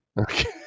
Okay